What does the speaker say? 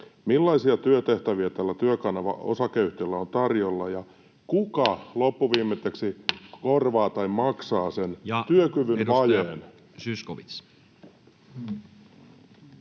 Millaisia työtehtäviä tällä Työkanava Oy:llä on tarjolla, ja kuka loppuviimetteeksi korvaa tai maksaa sen työkyvyn vajeen?